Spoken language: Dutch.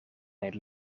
een